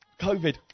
COVID